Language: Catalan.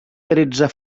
tretze